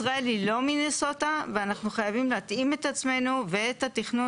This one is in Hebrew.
ישראל היא לא מיניסוטה ואנחנו חייבים להתאים את עצמו ואת התכנון